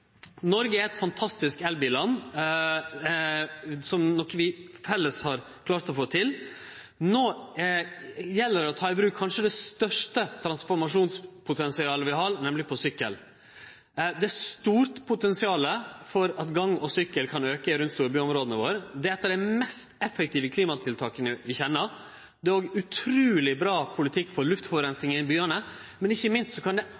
Noreg er eit fantastisk elbil-land, noko vi har fått til i fellesskap. No gjeld det å ta i bruk kanskje det største transformasjonspotensialet vi har, nemleg sykkelen. Det er eit stort potensial for at gange og sykkel kan auke rundt storbyane våre. Det er eitt av dei mest effektive klimatiltaka ein kjenner. Det er også utruleg bra politikk for luftforureining i byane, og ikkje minst kan det